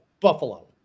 Buffalo